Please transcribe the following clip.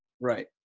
Right